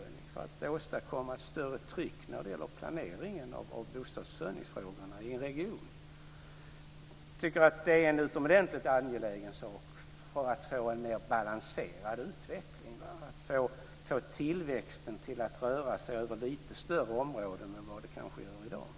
Det gör vi för att åstadkomma ett större tryck när det gäller planeringen av bostadsförsörjningsfrågorna i en region. Jag tycker att det är en utomordentligt angelägen sak för att man ska få en mer balanserad utveckling och få tillväxten att röra sig över lite större områden än den kanske gör i dag.